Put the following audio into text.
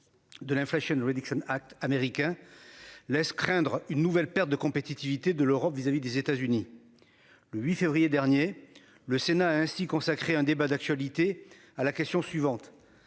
De l'inflation réduction Act américain laisse craindre une nouvelle perte de compétitivité de l'Europe vis-à-vis des États-Unis. Le 8 février dernier, le Sénat a ainsi consacré un débat d'actualité. À la question suivante.